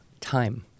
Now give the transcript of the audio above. time